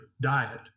diet